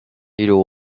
例如